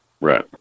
Right